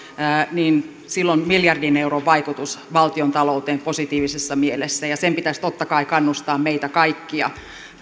niin sillä on miljardin euron vaikutus valtiontalouteen positiivisessa mielessä ja sen pitäisi totta kai kannustaa meitä kaikkia